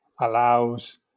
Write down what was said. allows